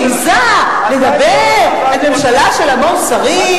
מעזה לדבר על ממשלה של המון שרים,